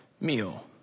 meal